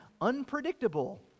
unpredictable